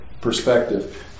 perspective